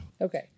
okay